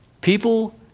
people